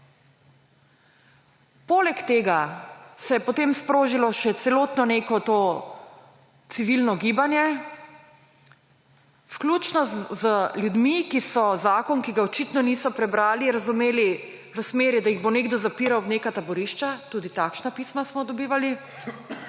Poleg tega se je potem sprožilo še celotno neko to civilno gibanje, vključno z ljudmi, ki so zakon, ki ga očitno niso prebrali, razumeli v smeri, da jih bo nekdo zapiral v neka taborišča, tudi takšna pisma smo dobivali,